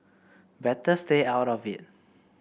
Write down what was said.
better stay out of it